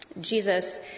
Jesus